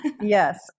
Yes